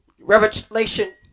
Revelation